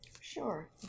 Sure